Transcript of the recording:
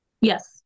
Yes